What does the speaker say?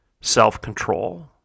self-control